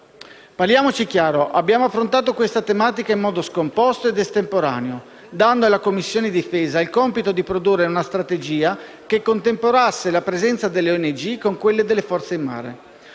Parliamoci chiaro: abbiamo affrontato questa tematica in modo scomposto ed estemporaneo, dando alla Commissione difesa il compito di produrre una strategia che contemperasse la presenza delle ONG con quella delle forze in mare.